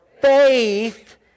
faith